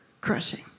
crushing